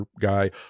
guy